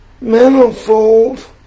manifold